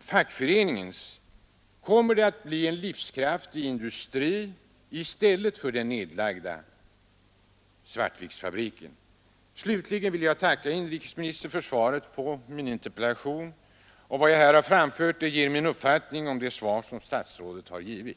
fackföreningens: Kommerdetatt bli en livskraftig industri i stället för den nedlagda Svartviksfabriken? Slutligen vill jag tacka inrikesministern för svaret på min interpellation. Vad jag här har framfört ger min uppfattning om det svar statsrådet givit.